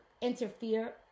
interfere